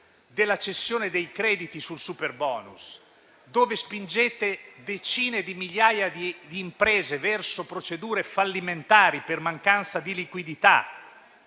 della cessione dei crediti sul superbonus, dove spingete decine di migliaia di imprese verso procedure fallimentari per mancanza di liquidità;